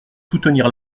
soutenir